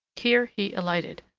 here he alighted,